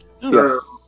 Yes